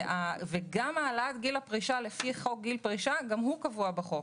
גם העלאת גיל הפרישה לפי חוק גיל פרישה קבועה בחוק.